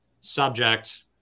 subject